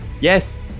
yes